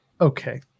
okay